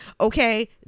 Okay